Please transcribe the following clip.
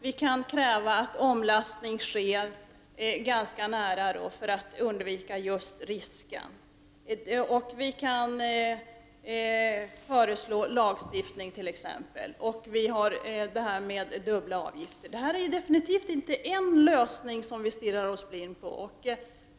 Vi kan kräva att omlastning skall ske på nära avstånd för att undvika risker. Vi kan föreslå lagstiftning och ha dubbla avgifter. Det är absolut inte en enda lösning som vi stirrar oss blinda på.